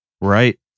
Right